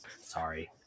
Sorry